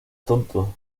tonto